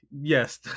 yes